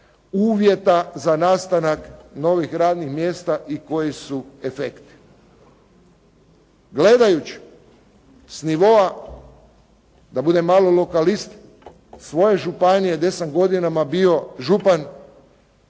uvjeta za nastanak novih radnih mjesta i koji su efekti? Gledajuć s nivoa, da budem malo lokalist svoje županije gdje sam godinama bio župan